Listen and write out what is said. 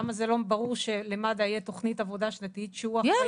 למה זה לא ברור שלמד"א תהיה תוכנית עבודה שנתית -- יש,